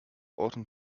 autumn